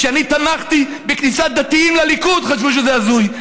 כשאני תמכתי בכניסת דתיים לליכוד חשבו שזה הזוי.